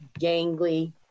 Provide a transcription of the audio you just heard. gangly